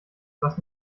was